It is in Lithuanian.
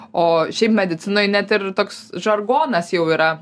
o šiaip medicinoj net ir toks žargonas jau yra